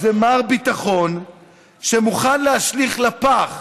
זה מר ביטחון שמוכן להשליך לפח